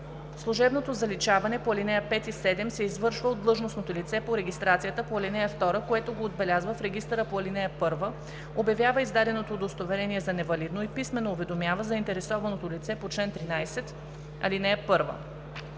Служебното заличаване по ал. 5 и 7 се извършва от длъжностното лице по регистрацията по ал. 2, което го отбелязва в регистъра по ал. 1, обявява издаденото удостоверение за невалидно и писмено уведомява заинтересованото лице по чл. 13, ал. 1.